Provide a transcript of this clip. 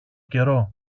καιρό